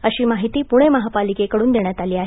अशी माहिती पूणे महापालिकेकडून देण्यात आली आहे